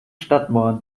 stadtmauern